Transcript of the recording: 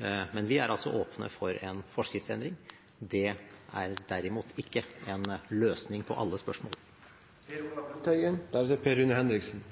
Vi er altså åpne for en forskriftsendring. Det er derimot ikke en løsning på alle spørsmål. Det blir oppfølgingsspørsmål – først Per Olaf Lundteigen.